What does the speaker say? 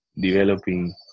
developing